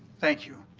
thank you.